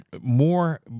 more